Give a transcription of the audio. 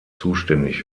zuständig